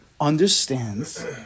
understands